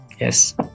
yes